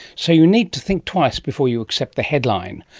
so you need to think twice before you accept the headline.